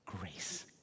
grace